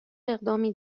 اقدامی